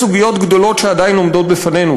יש סוגיות גדולות שעדיין עומדות בפנינו